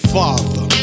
father